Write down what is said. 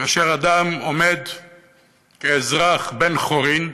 כאשר אדם עומד כאזרח בן-חורין,